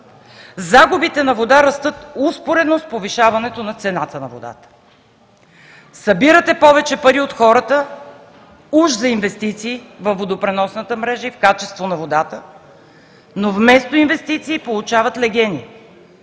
Загубите на вода растат успоредно с повишаването на цената на водата. Събирате повече пари от хората, уж за инвестиции във водопреносната мрежа и в качество на водата, но вместо инвестиции получават легени